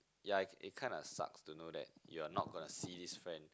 ya it it kinda sucks to know that you are not going to see this friend